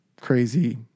crazy